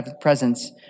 presence